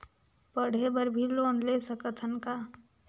पढ़े बर भी लोन ले सकत हन का?